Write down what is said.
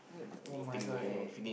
[oh]-my-god eh